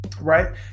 right